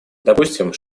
допустим